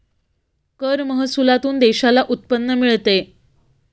कर महसुलातून देशाला उत्पन्न मिळते